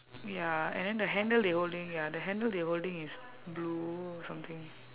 ya and then the handle they holding ya the handle they holding is blue or something